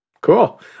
Cool